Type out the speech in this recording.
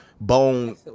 bone